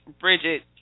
Bridget